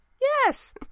Yes